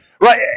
Right